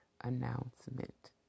announcement